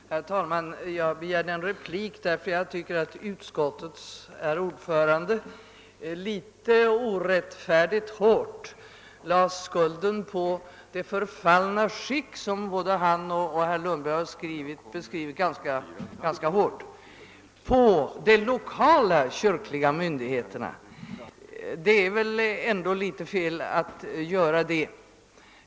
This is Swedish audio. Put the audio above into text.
Herr talman! Jag begärde replik därför att jag tycker att utskottets herr ordförande litet orättfärdigt lade skulden för det förfall, som både han och herr Lundberg har beskrivit ganska hårt, på de lokala kyrkliga myndigheterna. Det är väl ändå fel.